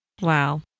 Wow